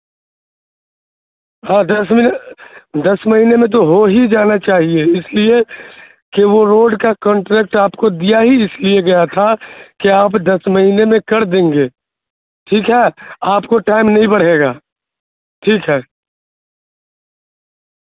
ہاں دس میں دس مہینے میں تو ہو ہی جانا چاہیے اس لیے کہ وہ روڈ کا کنٹریکٹ آپ کو دیا ہی اس لیے گیا تھا کہ آپ دس مہینے میں کر دیں گے ٹھیک ہے آپ کو ٹائم نہیں بڑھے گا ٹھیک ہے